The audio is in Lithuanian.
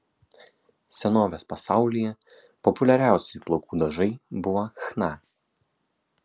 senovės pasaulyje populiariausi plaukų dažai buvo chna